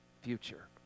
future